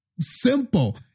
simple